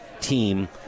team